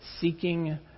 seeking